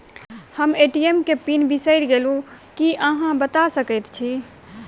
हम ए.टी.एम केँ पिन बिसईर गेलू की अहाँ बता सकैत छी?